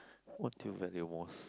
what do you value most